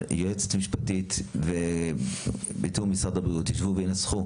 היועצת המשפטית בתיאום עם משרד הבריאות תשבו ותנסח.